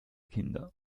kinder